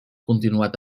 continuat